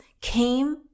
came